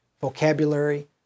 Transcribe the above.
vocabulary